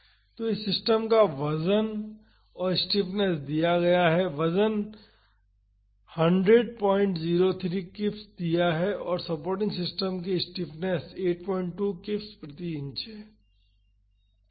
तो इस सिस्टम का वजन और स्टिफनेस दिया है वजन 10003 किप्स दिया गया है और सपोर्टिंग सिस्टम के स्टिफनेस 82 किप्स प्रति इंच है